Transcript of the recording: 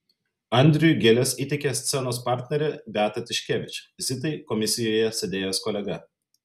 andriui gėles įteikė scenos partnerė beata tiškevič zitai komisijoje sėdėjęs kolega